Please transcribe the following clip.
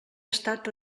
estat